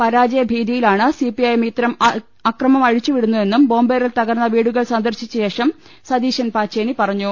പരാജയഭീതിയിലാണു സിപിഐഎം ഇത്തരം അക്രമം അഴിച്ചുവിടുന്നതെന്നും ബോംബേറിൽ തകർന്ന വീടുകൾ സന്ദർശിച്ച ശേഷം സതീശൻ പാച്ചേനി പറഞ്ഞു